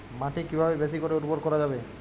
মাটি কিভাবে বেশী করে উর্বর করা যাবে?